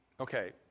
Okay